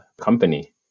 company